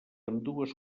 ambdues